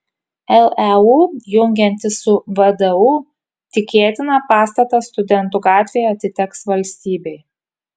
leu jungiantis su vdu tikėtina pastatas studentų gatvėje atiteks valstybei